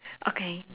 okay